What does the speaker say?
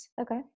Okay